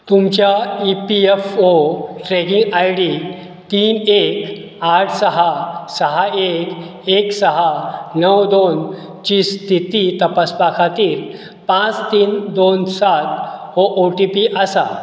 तुमच्या E P F O tracking I D तीन एक आठ साहा साहा एक एक साहा णव दोन ची स्थिती तपासपा खातीर पांच तीन दोन सात हो ओ टी पी आसा